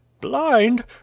Blind